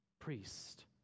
priest